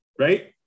right